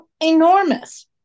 enormous